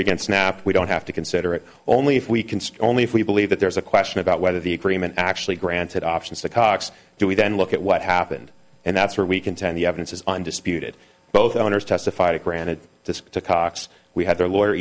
it against snapp we don't have to consider it only if we can only if we believe that there is a question about whether the agreement actually granted options to cox do we then look at what happened and that's where we contend the evidence is undisputed both owners testified it granted this to cox we had their lawyer